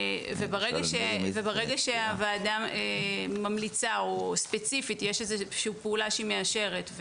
ברגע שהוועדה ממליצה או ספציפית יש פעולה שהיא מאשרת,